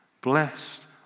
Blessed